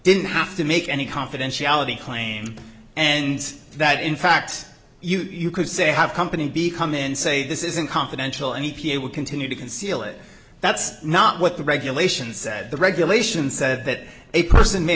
didn't have to make any confidentiality claim and that in fact you could say have company b come in and say this isn't confidential and e p a will continue to conceal it that's not what the regulations said the regulations said that a person may